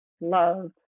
love